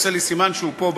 עושה לי סימן שהוא פה,